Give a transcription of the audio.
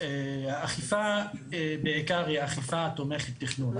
האכיפה בעיקר היא אכיפה תומכת תכנון.